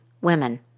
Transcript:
women